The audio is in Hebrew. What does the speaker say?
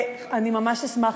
אני ממש אשמח,